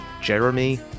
Jeremy